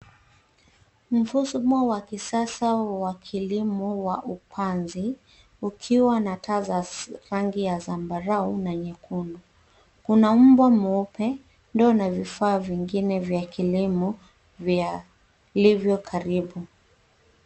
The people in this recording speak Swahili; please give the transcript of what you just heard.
Mfumo wa kisasa wa kilimo wa upanzi ukiwa na taa za rangi ya sambarau na nyekundu. Kuna mbwa mweupe, ndoo na vifaa vingine vya kilimo vya vilivyo karibu.